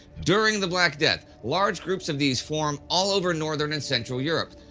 during the black death, large groups of these form all over northern and central europe.